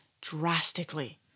drastically